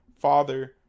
father